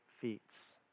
feats